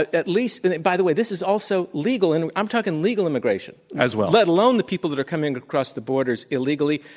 at least by the way, this is also legal and i'm talking legal immigration. as well. let alone the people that are coming across the borders illegally.